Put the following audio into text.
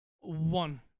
one